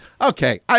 Okay